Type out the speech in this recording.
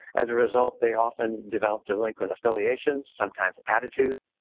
as a result, they often develop delinquent affiliations, sometimes attitude,